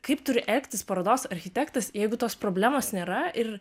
kaip turi elgtis parodos architektas jeigu tos problemos nėra ir